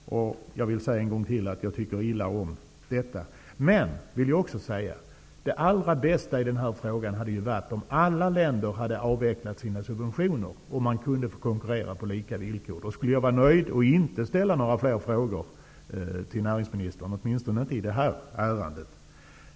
Jag vill säga en gång till att jag tycker illa om detta. Men, det vill jag också säga, det allra bästa i den här frågan hade varit om alla länder hade avvecklat sina subventioner, så att man kunde konkurrera på lika villkor. Då skulle jag vara nöjd och inte ställa några fler frågor till näringsministern, åtminstone inte i detta ärende.